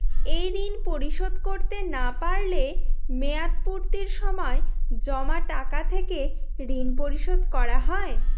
এই ঋণ পরিশোধ করতে না পারলে মেয়াদপূর্তির সময় জমা টাকা থেকে ঋণ পরিশোধ করা হয়?